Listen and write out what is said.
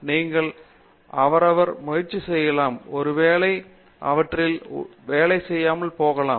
நீங்கள் அவடரை முயற்சி செய்யலாம் ஒருவேளை அவற்றில் ஒன்று வேலை செய்யும்